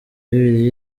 bibiliya